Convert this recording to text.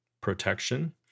protection